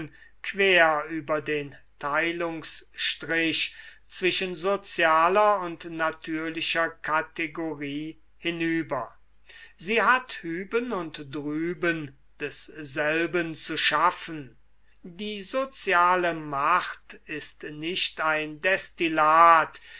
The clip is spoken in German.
quer über den teilungsstrich zwischen sozialer und natürlicher kategorie hinüber sie hat hüben und drüben desselben zu schaffen die soziale macht ist nicht ein destillat